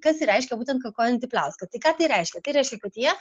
kas ir reiškia būtent kakojanti pliauska tai ką tai reiškia tai reiškia kad jie